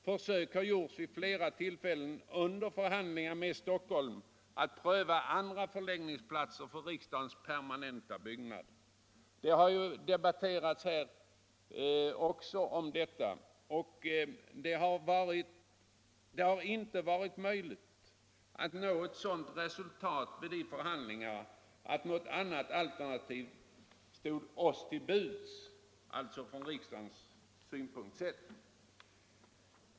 Försök har gjorts vid flera tillfällen under förhandlingar med Stockholms kommun att pröva andra förläggningsplatser för riksdagens permanenta byggnad. Detta har ju också debatterats här. Det har inte varit möjligt att nå ett sådant resultat vid dessa förhandlingar att något annat alternativ stått till buds från riksdagens synpunkt sett.